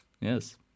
Yes